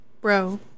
Bro